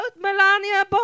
Melania